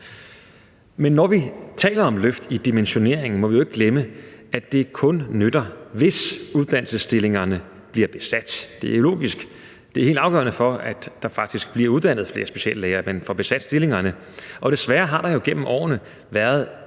Men når vi taler om løft i dimensioneringen, må vi ikke glemme, at det kun nytter, hvis uddannelsesstillingerne bliver besat. Det er logisk. Det er helt afgørende for, at der faktisk bliver uddannet flere speciallæger, at man får besat stillingerne, og desværre har der jo igennem årene været